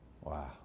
Wow